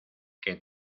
que